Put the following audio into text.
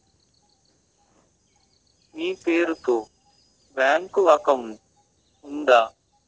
మీ పేరు తో bank account ఉందా?